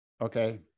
Okay